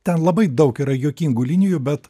ten labai daug yra juokingų linijų bet